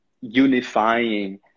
unifying